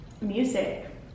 music